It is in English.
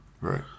Right